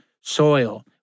soil